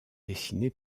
dessiné